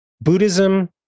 Buddhism